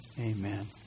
Amen